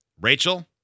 Rachel